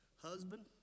Husband